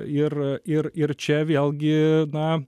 ir ir ir čia vėlgi na